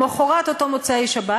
למחרת אותם מוצאי שבת,